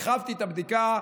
הרחבתי את הבדיקה,